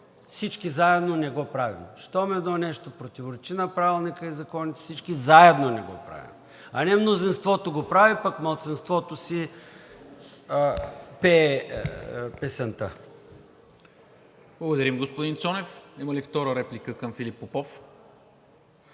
всички заедно не го правим. Щом едно нещо противоречи на Правилника и законите, всички заедно не го правим, а не мнозинството го прави, пък малцинството си пее песента. ПРЕДСЕДАТЕЛ НИКОЛА МИНЧЕВ: Благодаря, господин Цонев. Има ли втора реплика към Филип Попов?